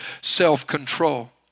self-control